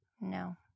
No